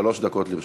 שלוש דקות לרשותך.